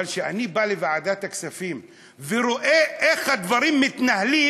אבל כשאני בא לוועדת הכספים ורואה איך הדברים מתנהלים,